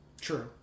true